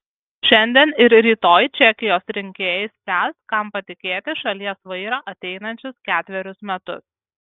šiandien ir rytoj čekijos rinkėjai spręs kam patikėti šalies vairą ateinančius ketverius metus